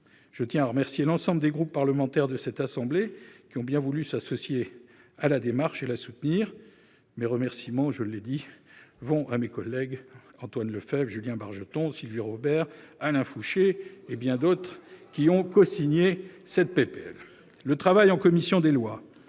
Je tiens à remercier l'ensemble des groupes parlementaires de cette assemblée qui ont bien voulu s'associer à ma démarche et la soutenir. Mes remerciements vont notamment, je le répète, à mes collègues Antoine Lefèvre, Julien Bargeton, Sylvie Robert, Alain Fouché et bien d'autres, qui ont cosigné cette proposition de loi.